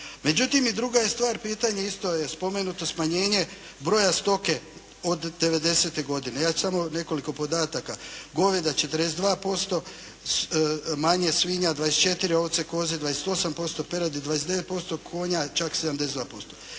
Međutim i druga je stvar pitanje, isto je spomenuto smanjenje broja stoke od 90-te godine. Ja ću samo nekoliko podataka. Goveda 42%, manje svinja 24, ovce, koze 28%, peradi 29%, konja čak 72%.